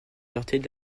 quartiers